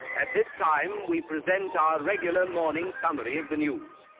at this time we present our regular morning summary of the news.